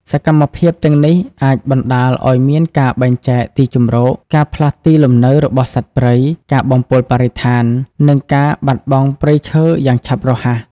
សកម្មភាពទាំងនេះអាចបណ្តាលឱ្យមានការបែងចែកទីជម្រក ការផ្លាស់ទីលំនៅរបស់សត្វព្រៃ ការបំពុលបរិស្ថាន និងការបាត់បង់ព្រៃឈើយ៉ាងឆាប់រហ័ស។